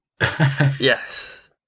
Yes